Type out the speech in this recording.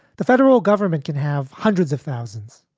the federal government can have hundreds of thousands.